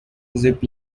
zip